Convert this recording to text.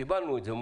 קיבלנו את זה,